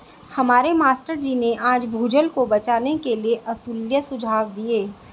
हमारे मास्टर जी ने आज भूजल को बचाने के लिए अतुल्य सुझाव दिए